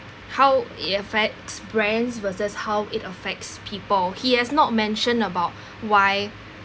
how it affects brands versus how it affects people he has not mentioned about why